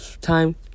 time